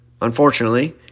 unfortunately